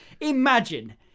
imagine